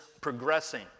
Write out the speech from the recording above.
progressing